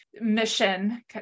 mission